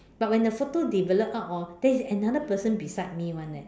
but when the photo developed out hor there is another person beside me [one] leh